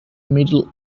middle